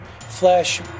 flesh